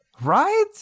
right